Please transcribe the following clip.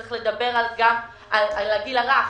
צריך לדבר גם על הגיל הרך.